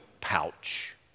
pouch